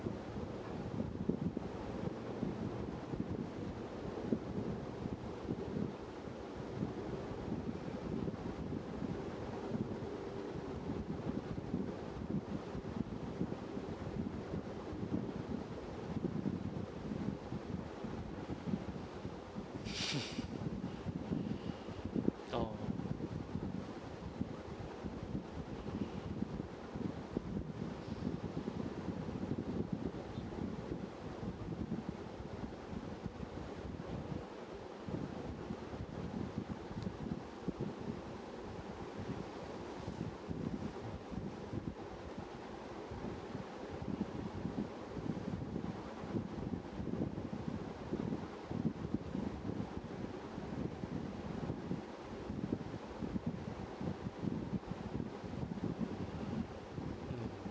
ah mm